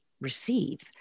receive